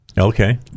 okay